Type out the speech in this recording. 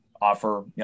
offer